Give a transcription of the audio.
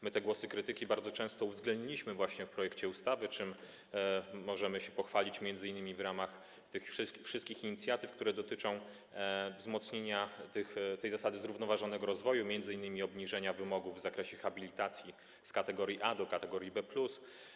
My te głosy krytyki bardzo często uwzględnialiśmy w projekcie ustawy, czym możemy się pochwalić m.in. w ramach tych wszystkich inicjatyw, które dotyczą wzmocnienia tej zasady zrównoważonego rozwoju, np. obniżenia wymogów w zakresie habilitacji z kategorii A do kategorii B+.